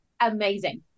amazing